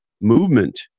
movement